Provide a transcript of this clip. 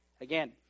again